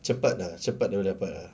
cepat ah cepat dia orang dapat